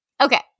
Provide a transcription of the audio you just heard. Okay